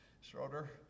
Schroeder